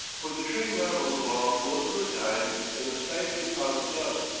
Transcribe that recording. for the train rattles along most of the time in a stifling cloud of dust,